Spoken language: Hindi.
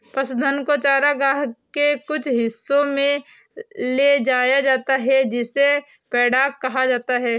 पशुधन को चरागाह के कुछ हिस्सों में ले जाया जाता है जिसे पैडॉक कहा जाता है